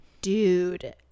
dude